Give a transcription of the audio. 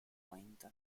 point